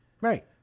Right